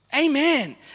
Amen